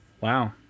wow